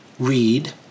READ